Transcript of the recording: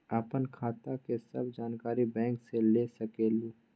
आपन खाता के सब जानकारी बैंक से ले सकेलु?